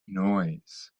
noise